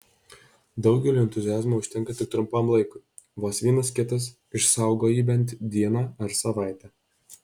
daugeliui entuziazmo užtenka tik trumpam laikui vos vienas kitas išsaugo jį bent dieną ar savaitę